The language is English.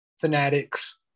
fanatics